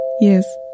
Yes